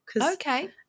Okay